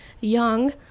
young